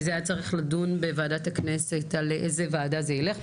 וזה היה צריך להידון בוועדה הכנסת לאיזו ועדה זה ילך.